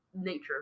nature